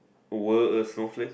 were a snowflake